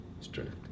strict